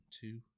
two